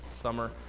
Summer